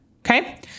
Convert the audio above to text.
Okay